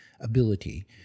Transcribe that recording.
ability